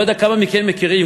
אני לא יודע כמה מכם מכירים,